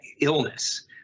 illness